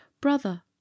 brother